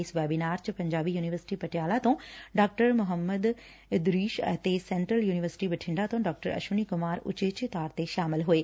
ਇਸ ਵੈਬੀਨਾਰ ਵਿਚ ਪੰਜਾਬੀ ਯੁਨੀਵਰਸਿਟੀ ਪਟਿਆਲਾ ਤੋਂ ਡਾ ਮੁਹੰਮਦ ਇਦਰੀਸ਼ ਅਤੇ ਸੈਂਟਰਲ ਯੁਨੀਵਰਸਿਟੀ ਬਠਿੰਡਾ ਤੋਂ ਡਾ ਅਸ਼ਵਨੀ ਕੁਮਾਰ ਉਚੇਚੇ ਤੌਰ ਤੇ ਸ਼ਾਮਲ ਹੋਏ